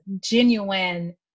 genuine